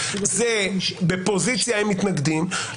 בפוזיציה הם מתנגדים,